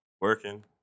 Working